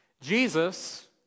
Jesus